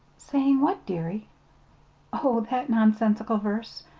saying what, dearie oh, that nonsensical verse?